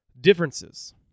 differences